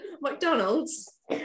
McDonald's